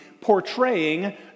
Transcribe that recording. portraying